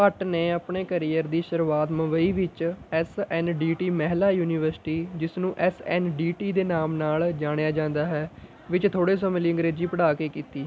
ਭੱਟ ਨੇ ਆਪਣੇ ਕਰੀਅਰ ਦੀ ਸ਼ੁਰੂਆਤ ਮੁੰਬਈ ਵਿੱਚ ਐੱਸ ਐੱਨ ਡੀ ਟੀ ਮਹਿਲਾ ਯੂਨੀਵਰਸਿਟੀ ਜਿਸਨੂੰ ਐੱਸ ਐੱਨ ਡੀ ਟੀ ਦੇ ਨਾਮ ਨਾਲ਼ ਜਾਣਿਆ ਜਾਂਦਾ ਹੈ ਵਿੱਚ ਥੋੜ੍ਹੇ ਸਮੇਂ ਲਈ ਅੰਗਰੇਜੀ ਪੜ੍ਹਾ ਕੇ ਕੀਤੀ